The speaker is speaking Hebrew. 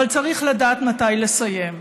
אבל צריך לדעת מתי לסיים.